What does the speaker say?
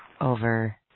over